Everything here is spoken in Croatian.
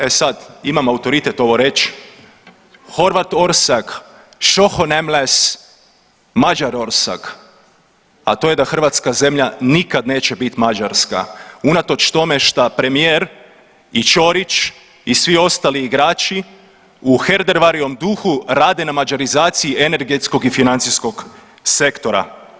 E sad, imam autoritet ovo reći horvat osrzag sohon emeles magyar orszag, a to je da hrvatska zemlja nikad neće biti Mađarska unatoč tome šta premijer i Čorić i svi ostali igrači u Herdervarijevem duhu rade na mađarizaciji energetskog i financijskog sektora.